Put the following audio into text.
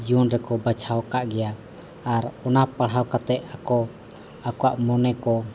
ᱡᱤᱭᱚᱱ ᱨᱮᱠᱚ ᱵᱟᱪᱷᱟᱣ ᱟᱠᱟᱫ ᱜᱮᱭᱟ ᱟᱨ ᱚᱱᱟ ᱯᱟᱲᱦᱟᱣ ᱠᱟᱛᱮᱫ ᱟᱠᱚ ᱟᱠᱚᱣᱟᱜ ᱢᱚᱱᱮ ᱠᱚ